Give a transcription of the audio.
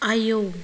आयौ